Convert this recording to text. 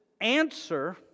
answer